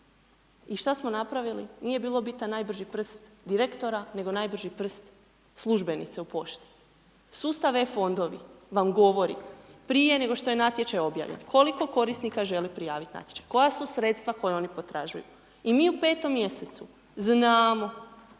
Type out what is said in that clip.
I šta smo napravili? Nije bio bitan najbrži prst direktora nego najbrži prst službenice u pošti. Sustav E-fondovi vam govori prije nego što je natječaj objavljen koliko korisnika želi prijaviti natječaj, koja su sredstva koja oni potražuju. I mi u 5. mj. znamo